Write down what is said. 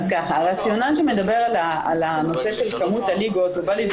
הרציונל שמדבר על הנושא של כמות הליגות הוא בא לידי